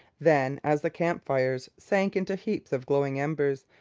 then, as the camp-fires sank into heaps of glowing embers,